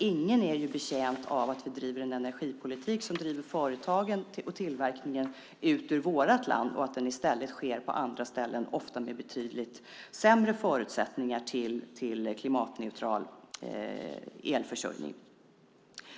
Ingen är betjänt av att vi bedriver en energipolitik som driver företagen och tillverkningen ut ur vårt land och att den i stället sker på andra ställen, ofta med betydligt sämre förutsättningar för klimatneutral elförsörjning.